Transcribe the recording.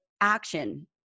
action